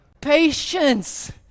Patience